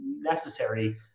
necessary